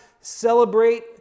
celebrate